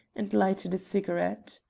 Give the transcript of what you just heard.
and lighted a cigarette.